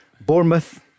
Bournemouth